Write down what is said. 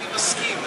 אני מסכים,